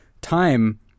time